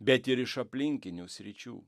bet ir iš aplinkinių sričių